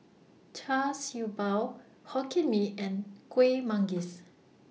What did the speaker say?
Char Siew Bao Hokkien Mee and Kueh Manggis